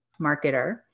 marketer